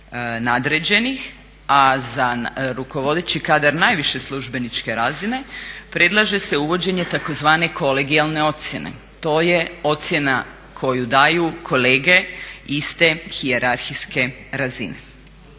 a za rukovodeći kadar najviše službeničke razine predlaže se uvođenje tzv. kolegijalne ocjene, to je ocjena koju daju kolege iz te hijerarhijske razine.